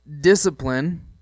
discipline